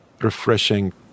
refreshing